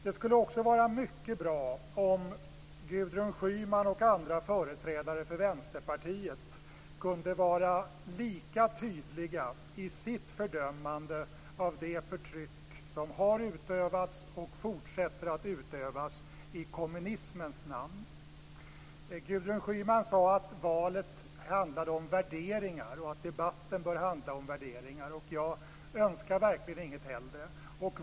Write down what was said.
Det skulle också vara mycket bra om Gudrun Schyman och andra företrädare för Vänsterpartiet kunde vara lika tydliga i sitt fördömande av det förtryck som har utövats, och fortsätter att utövas, i kommunismens namn. Gudrun Schyman sade att valet handlade om värderingar och att debatten bör handla om värderingar. Jag önskar verkligen inget hellre.